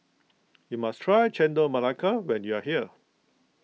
you must try Chendol Melaka when you are here